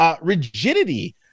rigidity